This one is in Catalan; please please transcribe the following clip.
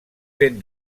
fet